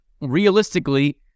realistically